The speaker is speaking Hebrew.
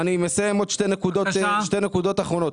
שתי נקודות אחרונות.